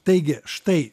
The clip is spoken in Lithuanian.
taigi štai